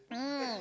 mm